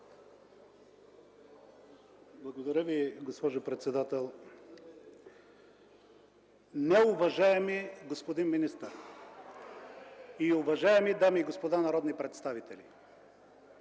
Благодаря Ви, госпожо председател. Уважаеми господин вицепремиер, дами и господа народни представители,